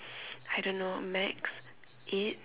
I don't know max eight